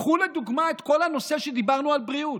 קחו לדוגמה את כל הנושא שדיברנו עליו, בריאות.